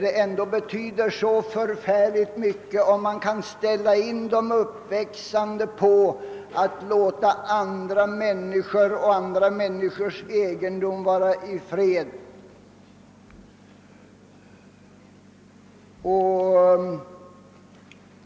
Det betyder ju ändå förfärligt mycket om man kan ge de uppväxande inställningen att man skall låta andra människor och andra människors egendom vara i fred.